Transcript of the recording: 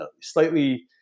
slightly